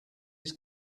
his